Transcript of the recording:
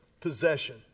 possession